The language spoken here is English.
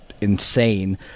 insane